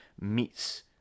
meets